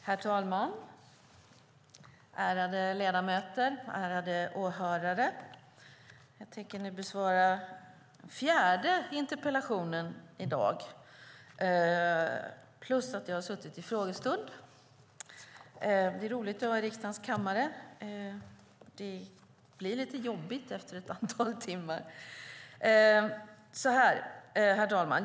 Herr talman! Ärade ledamöter! Ärade åhörare! Jag tänker nu besvara den fjärde interpellationen i dag.